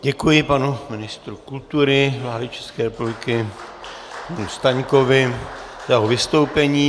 Děkuji panu ministru kultury vlády České republiky Staňkovi za jeho vystoupení.